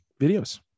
videos